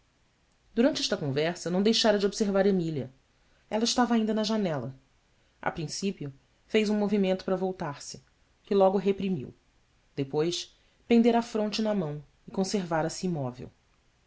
durante esta conversa eu não deixara de observar emília ela estava ainda na janela a princípio fez um movimento para voltar-se que logo reprimiu depois pendera a fronte na mão e conservara se imóvel